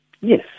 Yes